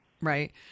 Right